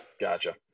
gotcha